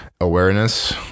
awareness